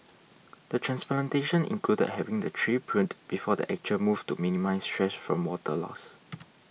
the transplantation included having the tree pruned before the actual move to minimise stress from water loss